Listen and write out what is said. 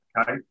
okay